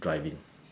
driving